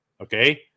okay